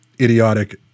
idiotic